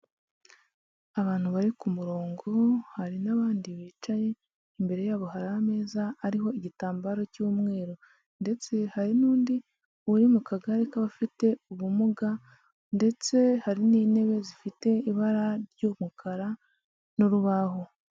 Abantu bari ku murongo hari n'abandi bicaye, imbere yabo hari ameza ariho igitambaro cy'umweru ndetse hari n'undi uri mu kagare k'abafite ubumuga ndetse hari n'intebe zifite ibara ry'umukara n'urubaho.